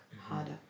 harder